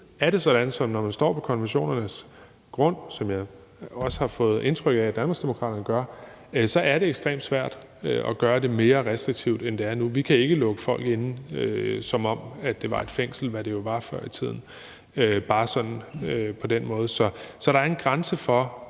er det sådan, at man står på konventionernes grund, som jeg også har fået indtryk af Danmarksdemokraterne gør, så er det ekstremt svært at gøre det mere restriktivt, end det er nu. Vi kan ikke lukke folk inde, som om det var et fængsel, hvad det jo var før i tiden, bare sådan på den måde. Så der er en grænse for,